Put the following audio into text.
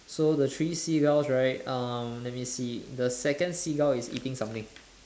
so the three seagulls right um let me see the second seagull is eating something